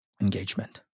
engagement